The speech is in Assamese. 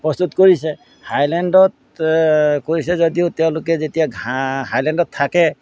প্ৰস্তুত কৰিছে হাইলেণ্ডত কৰিছে যদিও তেওঁলোকে যেতিয়া ঘাঁহ হাইলেণ্ডত থাকে